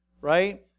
right